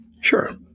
Sure